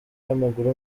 w’amaguru